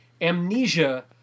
Amnesia